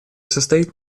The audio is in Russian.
состоит